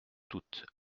toutes